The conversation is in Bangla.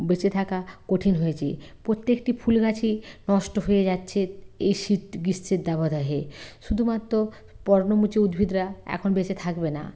বেঁচে থাকা কঠিন হয়েছে প্রত্যেকটি ফুল গাছই নষ্ট হয়ে যাচ্ছে এই শীত গ্রীষ্মের দাবদাহে শুধুমাত্র পর্ণমোচী উদ্ভিদরা এখন বেঁচে থাকবে না